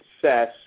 success